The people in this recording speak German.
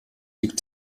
liegt